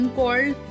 called